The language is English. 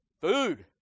food